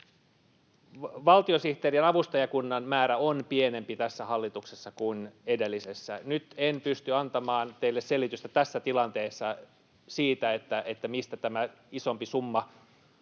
Valtiosihteerien ja avustajakunnan määrä on pienempi tässä hallituksessa kuin edellisessä. Nyt en pysty antamaan teille selitystä tässä tilanteessa siitä, mistä tämä isompi summa